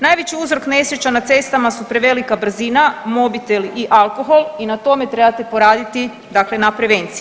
Najveći uzrok nesreća na cestama su prevelika brzina, mobitel i alkohol i na tome trebate poraditi dakle na prevenciji.